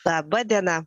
laba diena